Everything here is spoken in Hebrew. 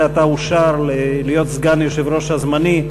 זה עתה אושר להיות סגן היושב-ראש הזמני,